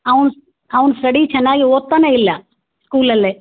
ಅವ್ನ ಅವ್ನ ಸ್ಟಡಿ ಚೆನ್ನಾಗಿ ಓದ್ತಾನೆ ಇಲ್ಲ ಸ್ಕೂಲಲ್ಲೇ